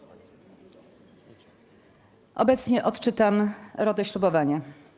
Obecnie odczytam rotę ślubowania.